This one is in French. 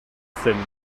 seine